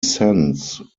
sense